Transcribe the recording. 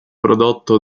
prodotto